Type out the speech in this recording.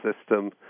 system